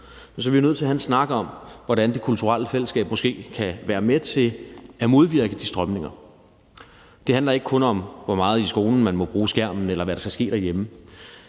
så er jo vi nødt til at have en snak om, hvordan det kulturelle fællesskab måske kan være med til at modvirke de strømninger. Det handler ikke kun om, hvor meget man i skolen må bruge skærmen, eller hvad der skal ske derhjemme.